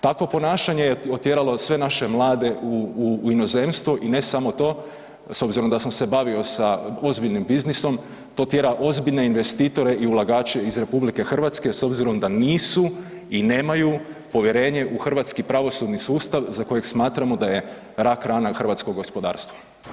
Takvo ponašanje je otjeralo sve naše mlade u inozemstvo i ne samo to, s obzirom da sam se bavio s ozbiljnim biznisom to tjera ozbiljne investitore i ulagače iz RH s obzirom da nisu i nemaju povjerenje u hrvatski pravosudni sustav za kojeg smatramo da je raka rana hrvatskog gospodarstva.